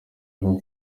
bwo